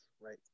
right